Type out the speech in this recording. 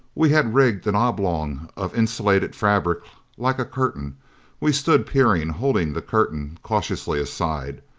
we had rigged an oblong of insulated fabric like a curtain we stood peering, holding the curtain cautiously aside.